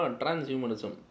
transhumanism